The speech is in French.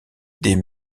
des